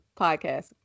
podcast